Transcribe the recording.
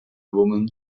woman